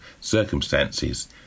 circumstances